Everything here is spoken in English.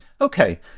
Okay